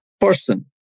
person